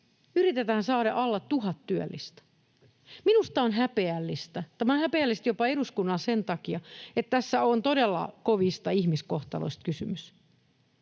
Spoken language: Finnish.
yritetään saada alle tuhat työllistä. Minusta tämä on häpeällistä. Tämä on häpeällistä jopa eduskunnalle sen takia, että tässä on todella kovista ihmiskohtaloista kysymys.